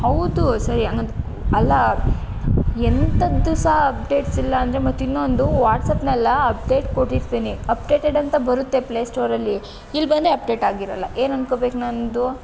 ಹೌದು ಸರಿ ಹಾಗಂತ ಅಲ್ಲ ಎಂಥದ್ದೂ ಸಹ ಅಪ್ಡೇಟ್ಸ್ ಇಲ್ಲ ಅಂದರೆ ಮತ್ತಿನ್ನೊಂದು ವಾಟ್ಸಾಪ್ನೆಲ್ಲ ಅಪ್ಡೇಟ್ ಕೊಟ್ಟಿರ್ತೀನಿ ಅಪ್ಡೇಟೆಡ್ ಅಂತ ಬರುತ್ತೆ ಪ್ಲೇಸ್ಟೋರಲ್ಲಿ ಇಲ್ಲಿ ಬಂದರೆ ಅಪ್ಡೇಟ್ ಆಗಿರಲ್ಲ ಏನು ಅನ್ಕೊಬೇಕು ನನ್ನದು